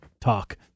Talk